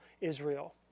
Israel